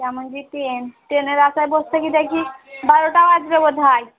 তার মধ্যে ট্রেন ট্রেনের আশায় বসে থাকি দেখি বারোটা বাজবে বোধ হয়